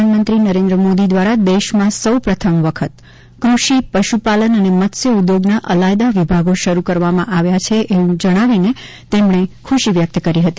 પ્રધાનમંત્રી નરેન્દ્ર મોદી દ્વારા દેશમાં સો પ્રથમ વખત કૃષિ પશુપાલન અને મત્સ્ય ઉદ્યોગના અલાયદા વિભાગો શરુ કરવામાં આવ્યા હોવાનું જણાવી તે અંગે તેમણે ખુશી વ્યક્ત કરી હતી